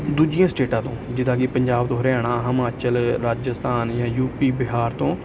ਦੂਜੀਆਂ ਸਟੇਟਾਂ ਤੋਂ ਜਿੱਦਾਂ ਕਿ ਪੰਜਾਬ ਤੋਂ ਹਰਿਆਣਾ ਹਿਮਾਚਲ ਰਾਜਸਥਾਨ ਜਾਂ ਯੂ ਪੀ ਬਿਹਾਰ ਤੋਂ